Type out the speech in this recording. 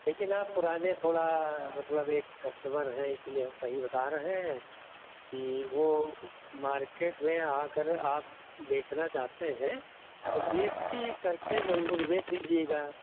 लेकिन आप पुराने थोड़ा मतलब एक कस्टमर हैं इसीलिए हम सही बता रहे हैं कि वो मार्केट में आ कर आप बेचना चाहते हैं तब देसी कर के मंगुर बेच दीजिएगा